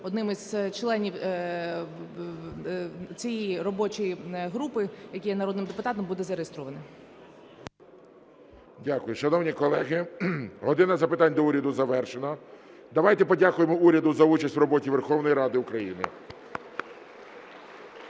одним із членів цієї робочої групи, який є народним депутатом, буде зареєстрований. 11:06:00 ГОЛОВУЮЧИЙ. Дякую. Шановні колеги, "година запитань до Уряду" завершена. Давайте подякуємо уряду за участь в роботі Верховної Ради України.